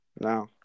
No